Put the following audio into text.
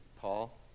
Paul